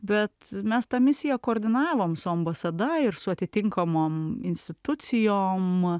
bet mes tą misiją koordinavom su ambasada ir su atitinkamom institucijom nuo